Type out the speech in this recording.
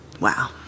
Wow